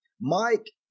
Mike